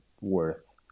worth